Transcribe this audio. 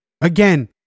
Again